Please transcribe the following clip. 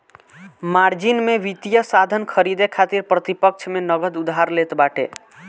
margin में वित्तीय साधन खरीदे खातिर प्रतिपक्ष से नगद उधार लेत बाटे